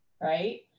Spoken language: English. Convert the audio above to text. right